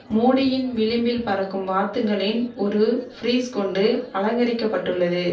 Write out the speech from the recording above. மூடியின் விளிம்பில் பறக்கும் வாத்துகளின் ஒரு ஃப்ரீஸ் கொண்டு அலங்கரிக்கப்பட்டுள்ளது